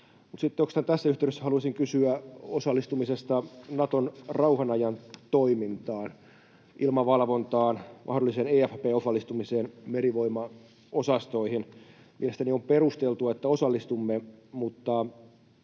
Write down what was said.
tässä yhteydessä haluaisin kysyä osallistumisesta Naton rauhanajan toimintaan, ilmavalvontaan, mahdolliseen EFP-osallistumiseen merivoimaosastoihin. Mielestäni on perusteltua, että osallistumme,